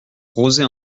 rozay